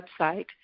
website